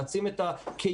להעצים את הקהילות,